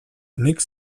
nik